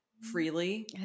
freely